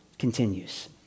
continues